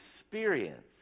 experience